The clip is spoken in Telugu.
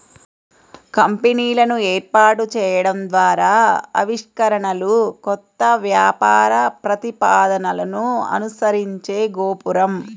కంపెనీలను ఏర్పాటు చేయడం ద్వారా ఆవిష్కరణలు, కొత్త వ్యాపార ప్రతిపాదనలను అనుసరించే గోపురం